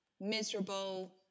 miserable